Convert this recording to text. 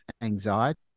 anxiety